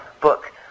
book